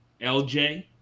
LJ